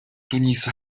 туниса